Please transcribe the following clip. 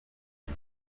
est